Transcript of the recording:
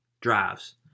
drives